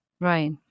right